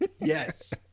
Yes